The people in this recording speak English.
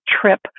trip